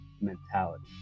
mentality